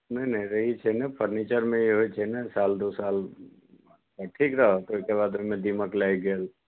नहि नहि रहैत छै ने फर्नीचरमे ई होइत छै ने साल दू साल ठीक रहल ओकरा बाद ओहिमे दीमक लागि गेल